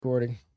recording